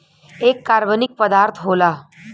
एक कार्बनिक पदार्थ होला